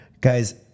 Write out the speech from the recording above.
guys